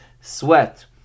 sweat